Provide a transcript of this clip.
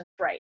right